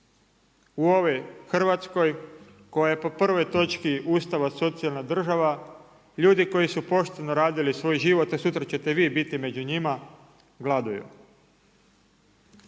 U ovoj Hrvatskoj koja je po prvoj točki Ustava socijalna država, ljudi koji su pošteno radili svoj život, a sutra ćete vi biti među njima, gladuju.